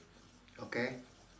okay